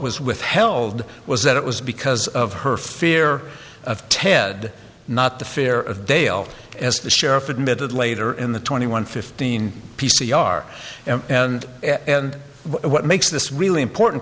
was withheld was that it was because of her fear of ted not the fear of dale as the sheriff admitted later in the twenty one fifteen p c r and what makes this really important